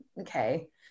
okay